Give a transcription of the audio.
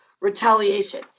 retaliation